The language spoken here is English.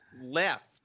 left